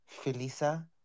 Felisa